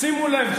שימו לב,